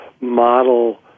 model